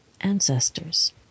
ancestors